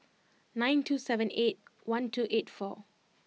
nine two seven eight one two eight four